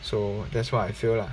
so that's what I feel lah